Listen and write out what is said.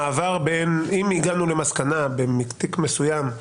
אם הגענו למסקנה בתיק מסוים,